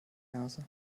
nase